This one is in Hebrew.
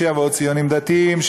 שיבואו ציונים דתיים,